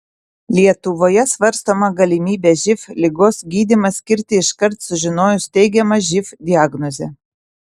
lietuvoje svarstoma galimybė živ ligos gydymą skirti iškart sužinojus teigiamą živ diagnozę